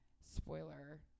Spoiler